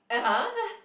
(uh huh)